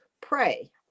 pray